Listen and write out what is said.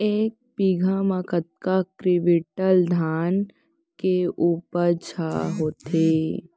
एक बीघा म कतका क्विंटल धान के उपज ह होथे?